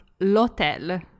l'hotel